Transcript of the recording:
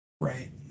Right